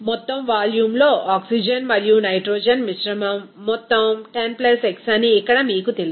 మొత్తం వాల్యూమ్లో ఆక్సిజన్ మరియు నైట్రోజన్ మిశ్రమం మొత్తం 10 x అని ఇక్కడ మీకు తెలుసు